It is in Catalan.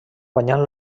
guanyant